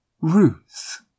Ruth